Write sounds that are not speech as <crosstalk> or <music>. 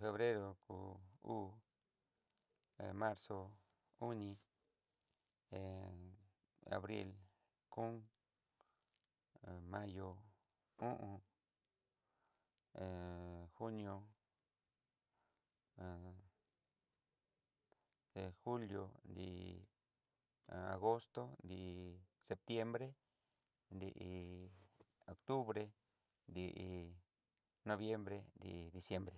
febre uu, marzo oni, hé abril ko, mayo o'on, he <hesitation> junio hé julio nri agosto nri septiembre, nri octubre nri noviembre nri diciembre.